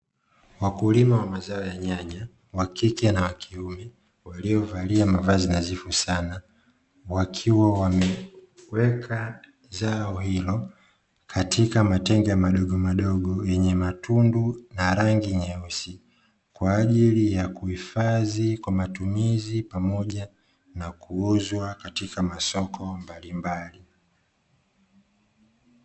Wakulima wa mazao ya nyanya, wa kike na wa kiume, waliovalia mavazi nadhifu sana, wakiwa wameweka zao hilo katika matenga madogomadogo yenye matundu ya rangi nyeusi, kwa ajili ya kuhifadhi kwa matumizi pamoja na kuuzwa katika masoko mbalimbali.